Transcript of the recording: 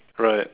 right